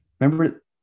Remember